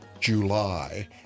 July